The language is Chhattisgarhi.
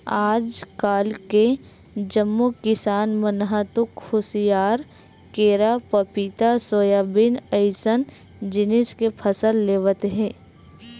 आजकाल के जम्मो किसान मन ह तो खुसियार, केरा, पपिता, सोयाबीन अइसन जिनिस के फसल लेवत हे